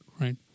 right